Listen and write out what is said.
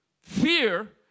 fear